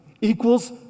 equals